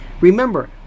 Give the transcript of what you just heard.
remember